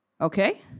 Okay